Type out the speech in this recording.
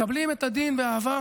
מקבלים את הדין באהבה,